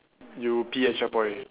you pee at checkpoint